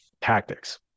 tactics